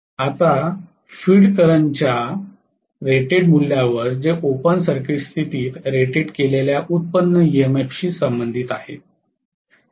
आता फील्ड करंटच्या रेटेड मूल्यानुसार जे ओपन सर्किट स्थितीत रेटेड केलेल्या व्युत्पन्न ईएमएफशी संबंधित आहे